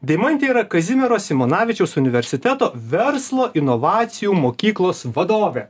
deimantė yra kazimiero simonavičiaus universiteto verslo inovacijų mokyklos vadovė